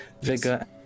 Vigor